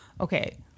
okay